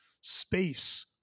space